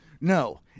No